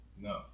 No